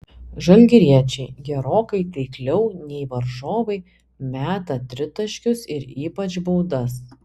žalgiriečiai gerokai taikliau nei varžovai meta tritaškius ir ypač baudas